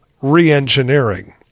reengineering